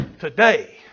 Today